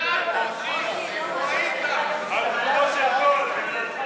על חודו של קול.